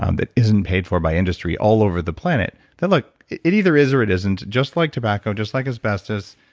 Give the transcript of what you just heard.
um that isn't paid for by industry all over the planet look, it it either is or it isn't just like tobacco, just like asbestos.